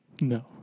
No